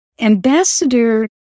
Ambassador